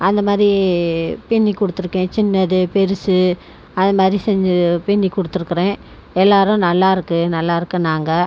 அந்த மாதிரி பின்னி கொடுத்துருக்கேன் சின்னது பெருசு அதை மாதிரி செஞ்சி பின்னி கொடுத்துருக்குறேன் எல்லாரும் நல்லாருக்குது நல்லாருக்குனாங்கள்